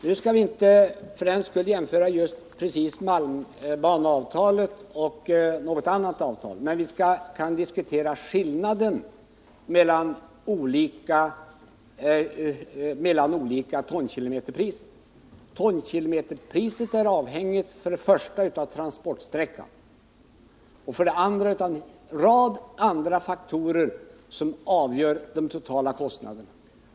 Nu skall vi inte jämföra just malmbaneavtalet med något annat avtal, men vi kan ju diskutera skillnaden mellan olika tonkilometerpriser. Tonkilometerpriset är avhängigt för det första av transportsträckan och för det andra av en rad faktorer som avgör de totala kostnaderna.